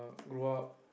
grow up